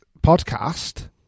podcast